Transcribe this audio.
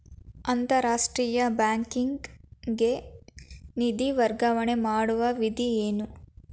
ಅಂತಾರಾಷ್ಟ್ರೀಯ ಬ್ಯಾಂಕಿಗೆ ನಿಧಿ ವರ್ಗಾವಣೆ ಮಾಡುವ ವಿಧಿ ಏನು?